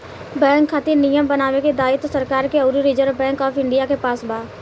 bank खातिर नियम बनावे के दायित्व सरकार के अउरी रिजर्व बैंक ऑफ इंडिया के पास बा